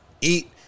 Eat